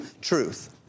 truth